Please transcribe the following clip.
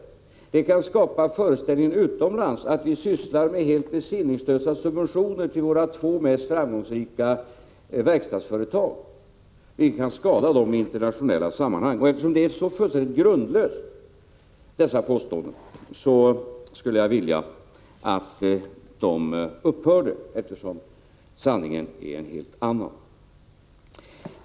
Det kan nämligen utomlands skapa föreställningen att vi ägnar oss åt att utdela helt besinningslösa subventioner till våra två mest framgångsrika verkstadsföretag, vilket kan skada dessa i internationella sammanhang. Eftersom påståendena är fullständigt grundlösa, skulle jag vilja att spridandet av dem upphörde. Sanningen är ju en helt annan.